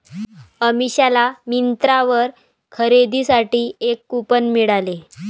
अमिषाला मिंत्रावर खरेदीसाठी एक कूपन मिळाले